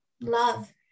love